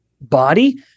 body